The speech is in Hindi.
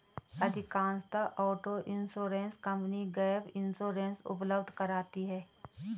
अधिकांशतः auto insurance company gap insurance उपलब्ध कराती है